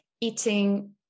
eating